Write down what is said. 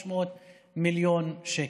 500 מיליון שקל.